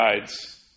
guides